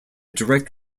direct